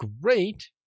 great